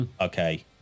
Okay